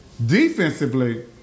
Defensively